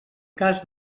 cas